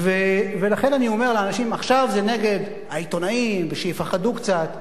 ולכן אני אומר לאנשים: עכשיו זה נגד העיתונאים ושיפחדו קצת,